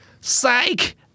Psych